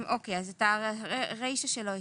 הקראנו את הרישא שלו.